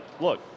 look